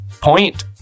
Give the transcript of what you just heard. point